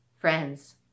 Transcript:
Friends